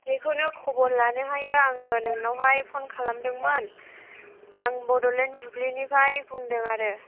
बेखौनो खबर लानोहाय आङो नोंनावहाय फ'न खालामदोंमोन आं बड'लेण्ड बुब्लिनिफ्राय बुंदों आरो